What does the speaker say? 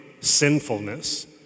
sinfulness